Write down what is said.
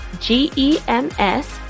G-E-M-S